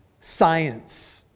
science